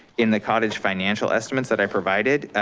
in the cottage financial estimates that i provided.